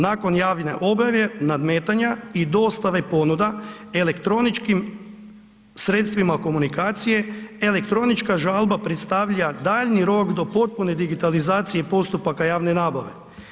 Nakon javne objave, nadmetanja i dostave ponuda, elektroničkim sredstvima komunikacije, elektronička žalba predstavlja daljnji rok do potpune digitalizacije postupaka javne nabave.